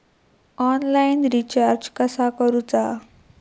Online recharge कसा करूचा?